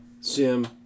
Sim